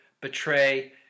betray